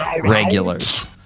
Regulars